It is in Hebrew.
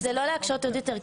זה לא להקשות עוד יותר.